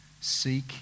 Seek